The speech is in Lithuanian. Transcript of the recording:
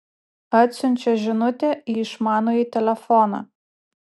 atsiunčia žinutę į išmanųjį telefoną